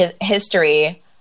history